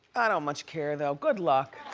i don't much care though, good luck,